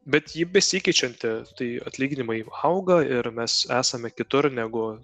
bet ji besikeičianti tai atlyginimai auga ir mes esame kitur negu